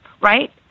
Right